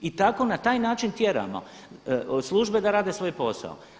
I tako na taj način tjeramo službe da rade svoj posao.